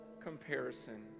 comparison